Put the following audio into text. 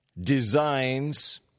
designs